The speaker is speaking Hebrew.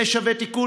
זה שווה תיקון.